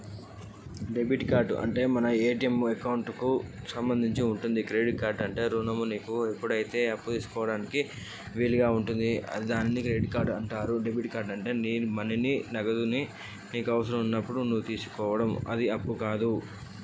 అసలు debit card credit card అంటే ఏంది?